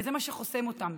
וזה מה שחוסם אותן.